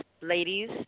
ladies